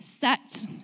set